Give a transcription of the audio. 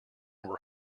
were